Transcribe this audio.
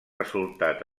resultat